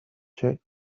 check